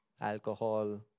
alcohol